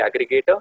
aggregator